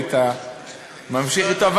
היית ממשיך אתו.